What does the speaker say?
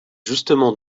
justement